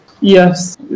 yes